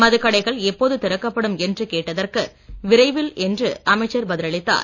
மதுக்கடைகள் எப்போது திறக்கப்படும் என்று கேட்டதற்கு விரைவில் என்று அமைச்சர் பதில் அளித்தார்